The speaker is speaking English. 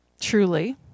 truly